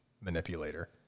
manipulator